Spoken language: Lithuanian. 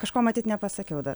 kažko matyt nepasakiau dar